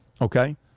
Okay